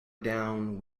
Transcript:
down